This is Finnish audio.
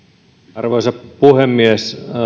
arvoisa puhemies